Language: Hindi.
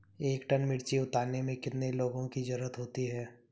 एक टन मिर्ची उतारने में कितने लोगों की ज़रुरत होती है?